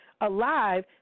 alive